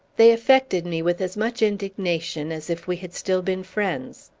they affected me with as much indignation as if we had still been friends.